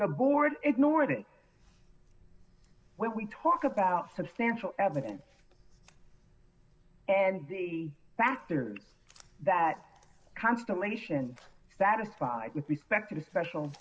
the board ignore that when we talk about substantial evidence and the factors that constellation satisfied with respect to special